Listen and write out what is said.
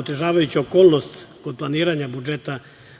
otežavajuća okolnost kod planiranja budžeta